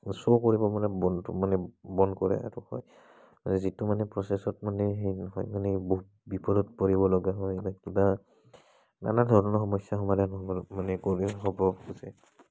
show কৰিব মানে বন্ধ মানে বন্ধ কৰে আৰু হয় যিটো মানে প্ৰচেচত মানে হেন হোৱেন মানে বহুত বিফলত পৰিব লগা হয় বা কিবা নানা ধৰণৰ সমস্যা সমাধান মানে কৰি হ'ব উঠে